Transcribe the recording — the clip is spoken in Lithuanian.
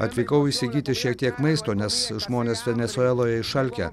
atvykau įsigyti šiek tiek maisto nes žmonės venesueloje išalkę